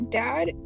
dad